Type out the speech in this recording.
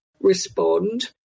respond